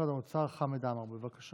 במשרד האוצר חמד עמאר, בבקשה.